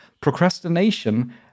Procrastination